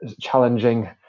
challenging